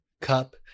Cup